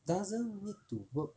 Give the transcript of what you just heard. doesn't need to work